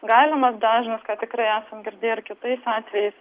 galimas dažnas ką tikrai esam girdėję ar kitais atvejais